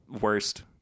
worst